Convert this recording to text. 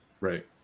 Right